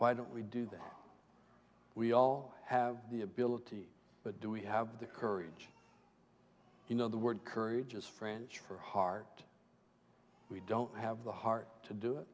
why don't we do that we all have the ability but do we have the courage you know the word courage is french for heart we don't have the heart to do it